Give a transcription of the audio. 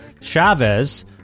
Chavez